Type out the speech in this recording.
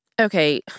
Okay